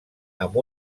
amb